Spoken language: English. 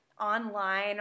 online